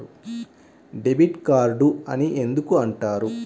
Debit card అని ఎందుకు అంటారు?